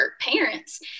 parents